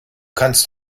kannst